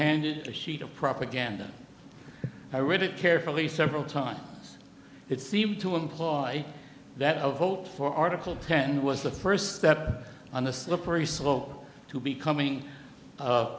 handed the heat of propaganda i read it carefully several times it seemed to imply that of hope for article ten was the first step on the slippery slope to becoming